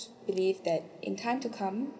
believe that in time to come